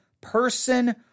person